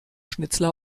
schnitzler